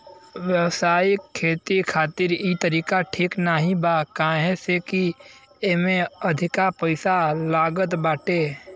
व्यावसायिक खेती खातिर इ तरीका ठीक नाही बा काहे से की एमे अधिका पईसा लागत बाटे